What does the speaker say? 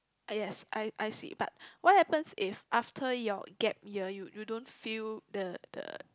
yes I I see but what happen if after your gap yar you don't feel the the